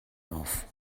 auf